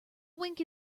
wink